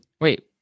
Wait